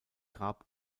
grab